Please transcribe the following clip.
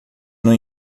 não